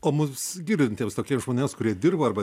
o mus girdintiems tokiems žmonėms kurie dirbo arba